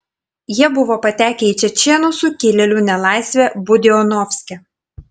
jie buvo patekę į čečėnų sukilėlių nelaisvę budionovske